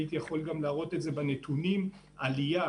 הייתי יכול גם להראות זאת בנתונים עלייה.